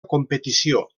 competició